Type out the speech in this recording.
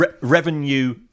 Revenue